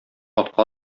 атка